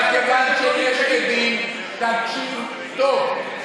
אבל בגלל שיש עדים, תקשיב טוב: